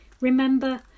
Remember